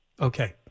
Okay